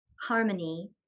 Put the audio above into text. harmony